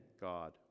God